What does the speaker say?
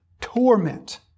torment